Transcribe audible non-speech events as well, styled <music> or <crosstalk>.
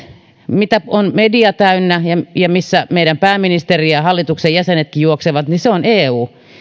mitä on media täynnä ja ja missä <unintelligible> meidän pääministerimme ja hallituksemme jäsenetkin juoksevat niin se on eu